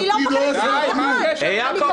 מאיפה